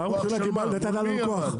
פעם ראשונה נתן לנו כוח.